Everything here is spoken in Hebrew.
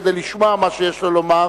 כדי לשמוע מה שיש לו לומר.